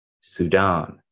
Sudan